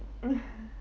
mm